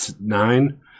nine